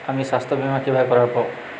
আমি স্বাস্থ্য বিমা কিভাবে করাব?